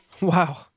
Wow